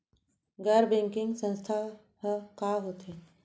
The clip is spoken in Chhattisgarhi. गैर बैंकिंग संस्था ह का होथे?